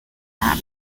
not